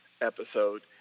episode